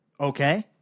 Okay